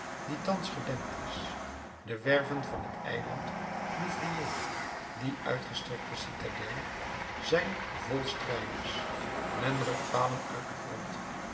die thans gedempt is de werven van het eiland louvriers die uitgestrekte citadel zijn vol strijders men rukt palen uit den grond